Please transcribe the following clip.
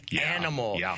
animal